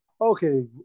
okay